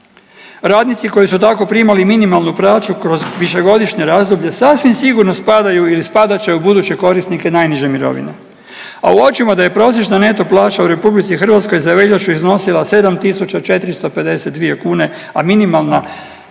Radnici koji su tako primali minimalnu plaću kroz višegodišnje razdoblje sasvim sigurno spadaju ili spadat će u buduće korisnike najniže mirovina, a uočimo da je prosječna neto plaća u RH za veljaču iznosila 7.452 kune, a minimalna